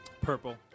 Purple